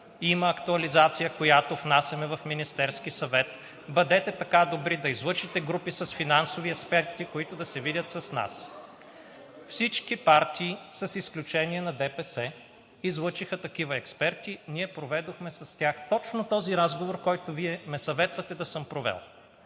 има актуализация, която внасяме в Министерския съвет, бъдете така добри да излъчите групи с финансови експерти, които да се видят с нас. Всички партии с изключение на ДПС излъчиха такива експерти и ние проведохме с тях точно този разговор, за който ме съветвате да съм го провел.